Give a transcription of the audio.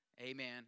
Amen